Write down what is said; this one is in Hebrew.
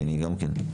כי אני גם כן.